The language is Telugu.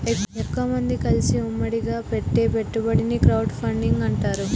ఎక్కువమంది కలిసి ఉమ్మడిగా పెట్టే పెట్టుబడిని క్రౌడ్ ఫండింగ్ అంటారు